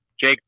Jake